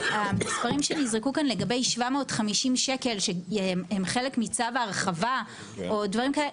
המספרים שנזרקו כאן לגבי 750 שקל שהם חלק מצו ההרחבה או דברים כאלה,